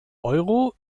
euro